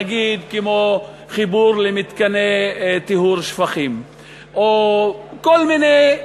נגיד כמו חיבור למתקני טיהור שפכים או כל מיני